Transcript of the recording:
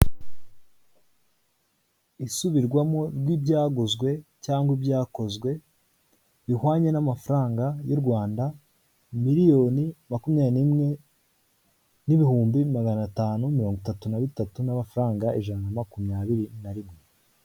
Isubirwamo ry'ibyaguzwe cyangwa ibyakozwe bihwanye n'amafaranga y' u Rwanda miliyoni makumyabiri n'imwe n'ibihumbi magana atanu mirongo itatu na bitatu n'amafaranga ijana na makumyabiri na rimwe.